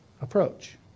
approach